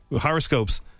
horoscopes